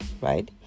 right